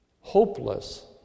hopeless